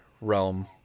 realm